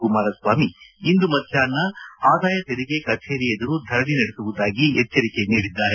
ಕುಮಾರಸ್ವಾಮಿ ಇಂದು ಮಧ್ಯಾಹ್ನ ಆದಾಯ ತೆರಿಗೆ ಕಚೇರಿ ಎದುರು ಧರಣಿ ನಡೆಸುವುದಾಗಿ ಎಚ್ಚರಿಕೆ ನೀಡಿದ್ದಾರೆ